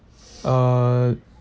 uh